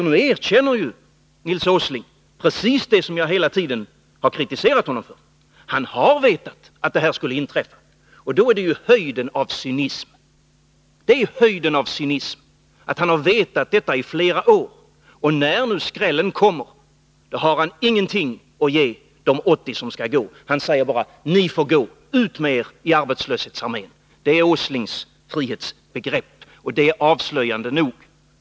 Nu erkänner ju Nils Åsling precis det som jag hela tiden har kritiserat honom för. Han har vetat att det här skulle inträffa. Det är höjden av cynism att han vetat detta i flera år och att han när skrällen kommer inte har någonting att ge de 80 som skall gå. Han säger bara: Ni får gå, ut med er i arbetslöshetsarmén! Det är Nils Åslings frihetsbegrepp, och det är avslöjande nog.